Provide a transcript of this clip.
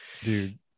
Dude